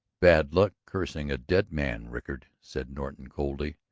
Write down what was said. bad luck cursing a dead man, rickard, said norton coldly.